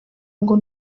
ngo